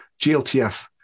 gltf